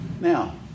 Now